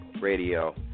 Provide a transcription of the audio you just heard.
radio